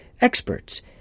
experts